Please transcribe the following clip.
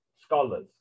scholars